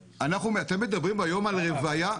אתם מדברים היום על רוויה --- למה?